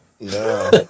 No